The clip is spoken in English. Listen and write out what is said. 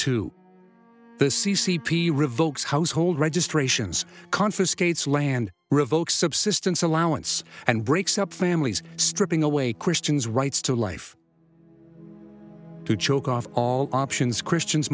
c c p revokes household registrations confiscates land revoke subsistence allowance and breaks up families stripping away christians rights to life to choke off all options christians